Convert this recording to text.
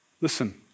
Listen